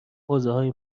حوزههای